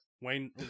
Wayne